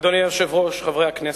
אדוני היושב-ראש, חברי הכנסת,